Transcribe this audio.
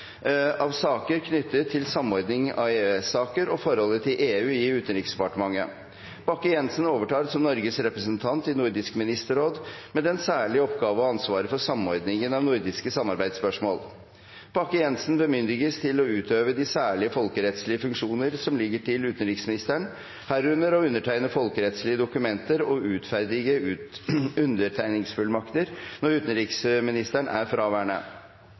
av saker knyttet til samordning av EØS-saker og forholdet til EU i Utenriksdepartementet. Bakke-Jensen overtar som Norges representant i Nordisk ministerråd med den særlige oppgave å ha ansvaret for samordningen av nordiske samarbeidsspørsmål. Bakke-Jensen bemyndiges til å utøve de særlige folkerettslige funksjoner som ligger til utenriksministeren, herunder til å undertegne folkerettslige dokumenter og utferdige undertegningsfullmakter, når utenriksministeren er fraværende.